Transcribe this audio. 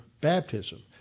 baptism